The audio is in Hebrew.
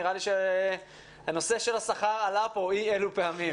נראה לי שהנושא של השכר עלה פה אי אילו פעמים.